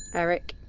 eric.